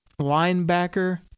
linebacker